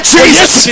Jesus